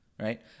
Right